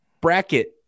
bracket